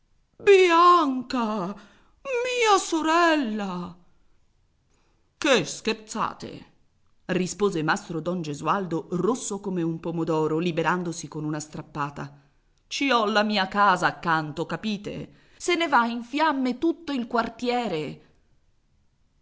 bianca mia sorella che scherzate rispose mastro don gesualdo rosso come un pomodoro liberandosi con una strappata ci ho la mia casa accanto capite se ne va in fiamme tutto il quartiere